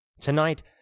Tonight